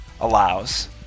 allows